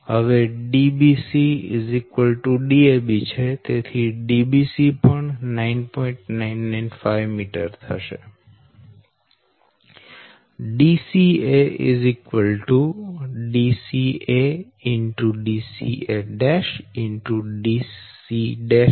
995 m Dca dca